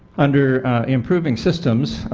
under improving systems,